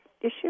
issue